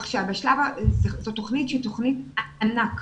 זו תוכנית שהיא תוכנית ענק.